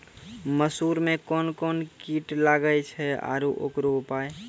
मसूर मे कोन कोन कीट लागेय छैय आरु उकरो उपाय?